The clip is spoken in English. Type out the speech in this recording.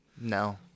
No